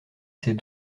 ses